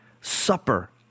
supper